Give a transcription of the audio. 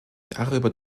darüber